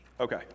Okay